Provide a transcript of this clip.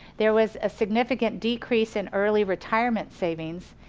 there was a significant decrease in early retirement savings,